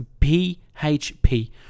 PHP